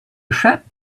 chap